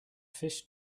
fish